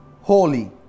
holy